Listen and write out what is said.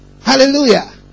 Hallelujah